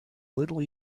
little